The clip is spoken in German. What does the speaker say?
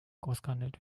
ausgehandelt